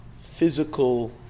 physical